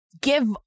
give